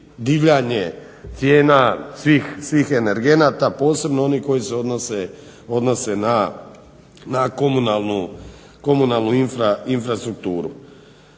divljanje cijena svih energenata posebno onih koji se odnose na komunalnu infrastrukturu.